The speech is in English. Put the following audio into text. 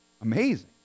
amazing